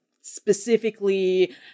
specifically